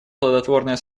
плодотворное